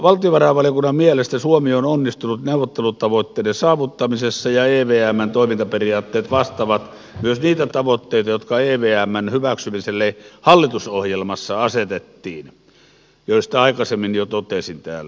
valtiovarainvaliokunnan mielestä suomi on onnistunut neuvottelutavoitteiden saavuttamisessa ja evmn toimintaperiaatteet vastaavat myös niitä tavoitteita jotka evmn hyväksymiselle hallitusohjelmassa asetettiin joista aikaisemmin jo totesin täällä